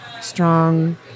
strong